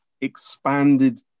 expanded